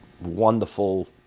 wonderful